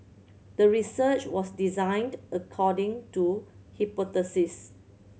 the research was designed according to hypothesis